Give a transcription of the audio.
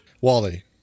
wally